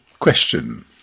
Question